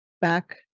back